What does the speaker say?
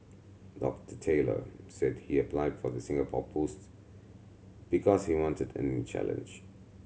Doctor Taylor said he applied for the Singapore post because he wanted a new challenge